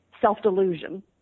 self-delusion